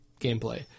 gameplay